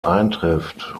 eintrifft